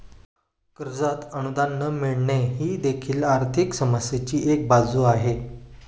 कर्जात अनुदान न मिळणे ही देखील आर्थिक समस्येची एक बाजू आहे